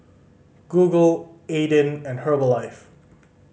Google Aden and Herbalife